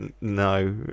no